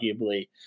arguably